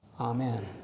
Amen